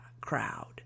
crowd